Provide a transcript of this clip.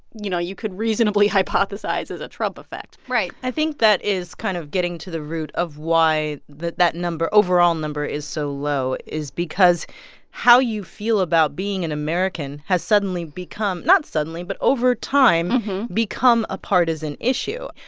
you know, you could reasonably hypothesize is a trump effect right i think that is kind of getting to the root of why that that number overall number is so low is because how you feel about being an american has suddenly become not suddenly but over time become a partisan issue.